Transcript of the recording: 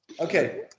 Okay